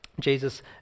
Jesus